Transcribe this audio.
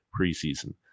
preseason